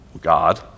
God